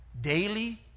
daily